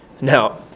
Now